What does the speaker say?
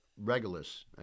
Regulus